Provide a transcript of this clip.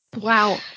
Wow